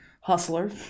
hustler